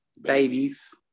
Babies